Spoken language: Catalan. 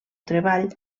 treball